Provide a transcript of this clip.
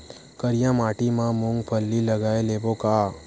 करिया माटी मा मूंग फल्ली लगय लेबों का?